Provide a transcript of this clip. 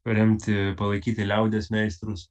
paremti palaikyti liaudies meistrus